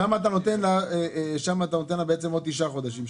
שם אתה נותן לה בעצם עוד תשעה חודשים.